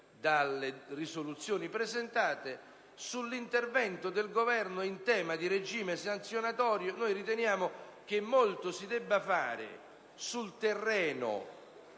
dalle risoluzioni presentate, in merito all'intervento del Governo in tema di regime sanzionatorio: noi riteniamo che molto si debba fare sul terreno